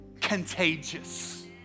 contagious